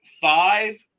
five